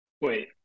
Wait